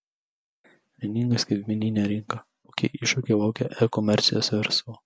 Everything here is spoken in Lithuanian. vieninga skaitmeninė rinka kokie iššūkiai laukia e komercijos verslo